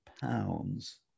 pounds